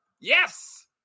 yes